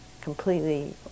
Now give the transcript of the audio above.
completely